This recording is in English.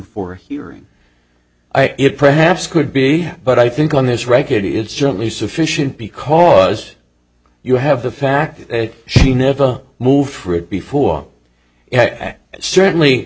for hearing i it perhaps could be but i think on this record it's certainly sufficient because you have the fact that she never moved for it before certainly